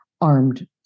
armed